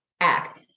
act